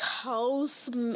toast